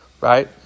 right